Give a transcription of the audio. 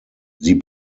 sie